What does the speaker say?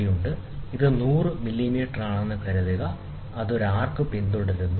അതിനാൽ ഇത് 100 മില്ലിമീറ്ററാണെന്ന് കരുതുക അത് ഒരു ആർക്ക് പിന്തുടരുന്നു ശരി